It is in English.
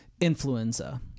influenza